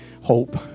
hope